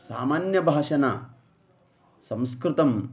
सामान्यभाषा न संस्कृतं